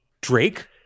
Drake